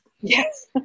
Yes